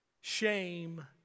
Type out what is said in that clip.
shame